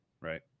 right